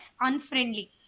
unfriendly